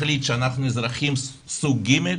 החליט שאנחנו אזרחים סוג ג'?